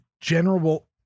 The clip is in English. general